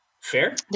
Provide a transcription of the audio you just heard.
Fair